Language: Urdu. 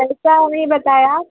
اییسا ہمیں بتایا آپ